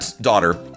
daughter